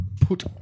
put